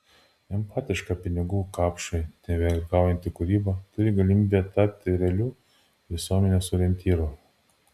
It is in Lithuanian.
empatiška pinigų kapšui nevergaujanti kūryba turi galimybę tapti realiu visuomenės orientyru